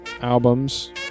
albums